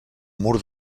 mur